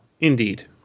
Indeed